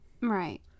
right